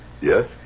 Yes